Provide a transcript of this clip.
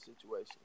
situation